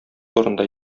турында